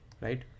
right